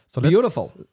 Beautiful